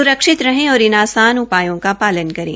स्रक्षित रहें और इन आसान उपायों का पालन करें